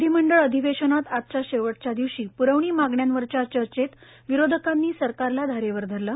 विधीमंडळ अधिवेशनात आजच्या शेवटच्या दिवशी प्रवणी मागण्यांवरच्या चर्चेत विरोधकांनी सरकारला धारेवर धरलं